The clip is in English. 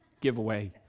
giveaway